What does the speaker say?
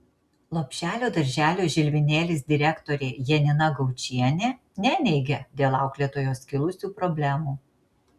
lopšelio darželio žilvinėlis direktorė janina gaučienė neneigia dėl auklėtojos kilusių problemų